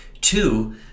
Two